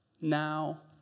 now